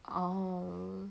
orh